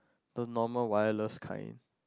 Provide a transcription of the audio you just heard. the normal wireless kind